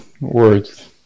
words